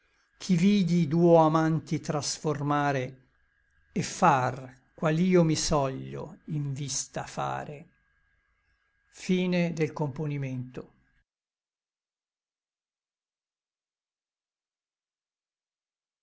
ricordava ch'i vidi duo amanti trasformare et far qual io mi soglio in vista fare